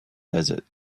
desert